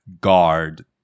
guard